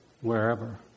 wherever